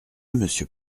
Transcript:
monsieur